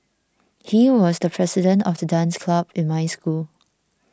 he was the president of the dance club in my school